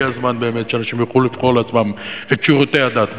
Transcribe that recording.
הגיע הזמן באמת שאנשים יוכלו לבחור לעצמם את שירותי הדת.